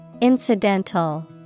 Incidental